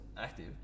active